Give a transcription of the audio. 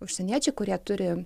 užsieniečiai kurie turi